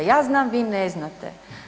Ja znam, vi ne znate.